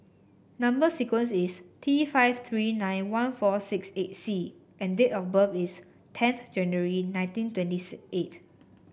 number sequence is T five three nine one four six eight C and date of birth is tenth January nineteen twenties eight